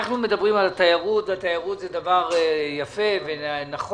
אנחנו מדברים על התיירות והתיירות זה דבר יפה ונכון,